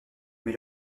mais